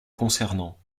concernant